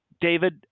David